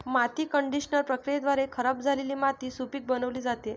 माती कंडिशनर प्रक्रियेद्वारे खराब झालेली मातीला सुपीक बनविली जाते